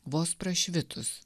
vos prašvitus